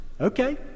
okay